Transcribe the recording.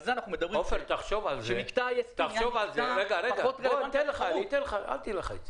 זה אנחנו מדברים שמקטע היציאה פחות רלוונטי לתחרות.